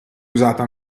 usata